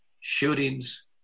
shootings